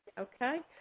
okay.